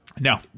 No